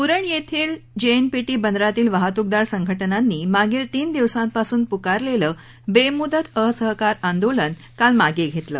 उरण येथील जेएनपीटी बंदरातील वाहतूकदार संघटनांनी मागील तीन दिवसांपासून पुकारलेलं बेमुदत असहकार आंदोलन काल मागे घेतलं